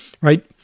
right